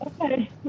okay